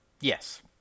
yes